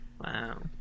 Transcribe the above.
Wow